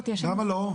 למה לא?